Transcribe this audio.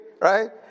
right